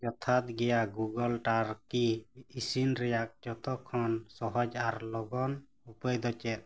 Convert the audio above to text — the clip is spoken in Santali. ᱡᱚᱛᱷᱟᱛ ᱜᱮᱭᱟ ᱴᱟᱨᱠᱤ ᱤᱥᱤᱱ ᱨᱮᱭᱟᱜ ᱡᱚᱛᱚ ᱠᱷᱚᱱ ᱥᱚᱦᱚᱡᱽ ᱟᱨ ᱞᱚᱜᱚᱱ ᱩᱯᱟᱹᱭ ᱫᱚ ᱪᱮᱫ